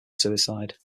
suicide